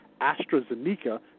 AstraZeneca